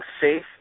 safe